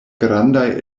grandaj